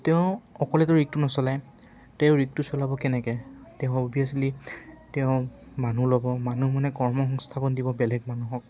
তেওঁ অকলেতো ৰিকটো নচলায় তেওঁ ৰিকটো চলাব কেনেকৈ তেওঁ অভিয়াছলি তেওঁ মানুহ ল'ব মানুহ মানে কৰ্মসংস্থাপন দিব বেলেগ মানুহক